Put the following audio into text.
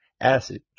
acid